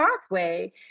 pathway